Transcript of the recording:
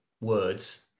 words